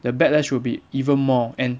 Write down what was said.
the backlash will be even more and